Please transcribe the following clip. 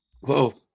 Whoa